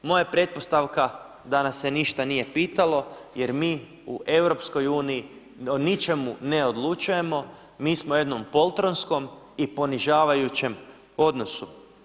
Moja je pretpostavka da nas se ništa nije pitalo jer mi u EU o ničemu ne odlučujemo, mi smo u jednom poltronskom i ponižavajućem odnosu.